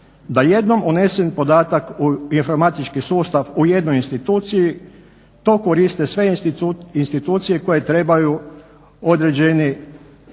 da jednom unesen podatak u informatički sustav u jednoj institucije to koriste sve institucije koje trebaju određeni